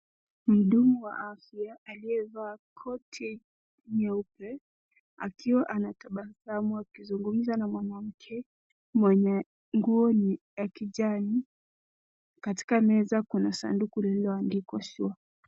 Mhudumu wa afya aliyevaa koti nyeupe akiwa anatabasamu akizugumza na mwanamke mwenye nguo ya kijani. Katika meza kuna sanduku lilioandikwa sure.